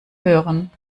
hören